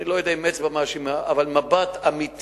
אני לא יודע אם אצבע מאשימה, אבל מבט אמיתי,